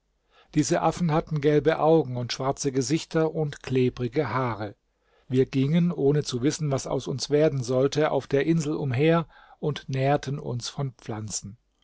diese affen hatten gelbe augen schwarze gesichter und klebrige haare wir gingen ohne zu wissen was aus uns werden sollte auf der insel umher und nährten uns von pflanzen